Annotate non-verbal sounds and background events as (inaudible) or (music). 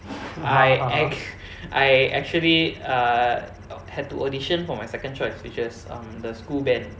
I ac~ (laughs) I actually err had to audition for my second choice which was um the school band